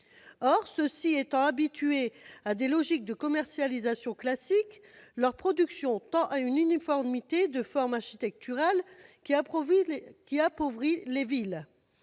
Or, ceux-ci étant habitués à des logiques de commercialisation classique, leur production tend à une uniformité de forme architecturale qui appauvrit les villes.